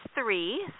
three